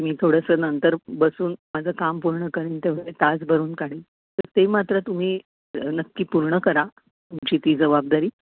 मी थोडंसं नंतर बसून माझं काम पूर्ण करीन तेवढे तास भरून काढीन तर ते मात्र तुम्ही नक्की पूर्ण करा तुमची ती जबाबदारी